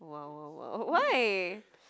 wow wow wow why